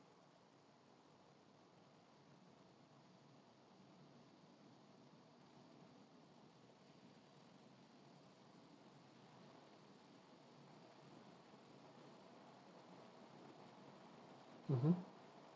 mmhmm